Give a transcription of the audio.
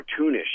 cartoonish